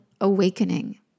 awakening